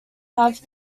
have